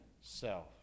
self